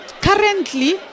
currently